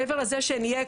מעבר לזה שנהיה,